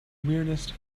weirdest